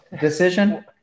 decision